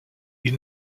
ils